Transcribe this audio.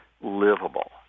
livable